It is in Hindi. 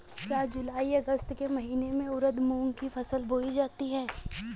क्या जूलाई अगस्त के महीने में उर्द मूंग की फसल बोई जाती है?